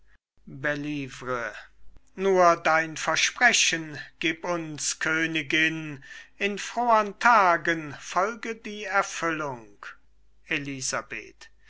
nur dein versprechen gib uns königin in frohern tagen folge die erfüllung elisabeth